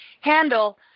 handle